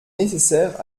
nécessaire